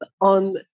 on